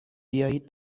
بیایید